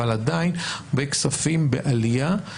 אבל עדיין הרבה כספים בעלייה.